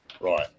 Right